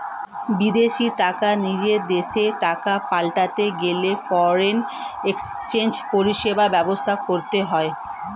বিদেশী টাকা নিজের দেশের টাকায় পাল্টাতে গেলে ফরেন এক্সচেঞ্জ পরিষেবা ব্যবহার করতে হয়